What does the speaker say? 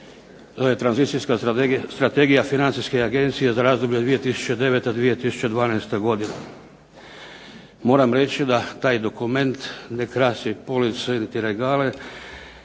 to je tranzicijska strategija Financijske agencije za razdoblje 2009.-2012. godina. Moram reći da taj dokument ne krasi police niti regale,